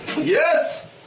Yes